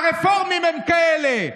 הרפורמים הם כאלה.